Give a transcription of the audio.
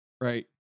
right